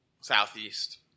southeast